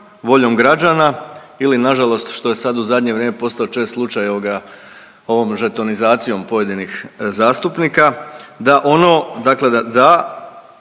voljom građana ili nažalost što je sad u zadnje vrijeme postao čest slučaj ovom žetonizacijom pojedinih zastupnika da ono, dakle da